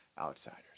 Outsiders